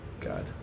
God